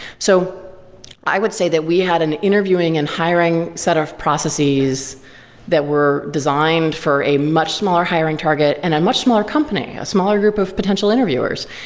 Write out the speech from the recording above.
so i would say that we had an interviewing and hiring set of processes that were designed for a much smaller hiring target and a much smaller company, a smaller group of potential interviewers,